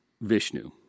Vishnu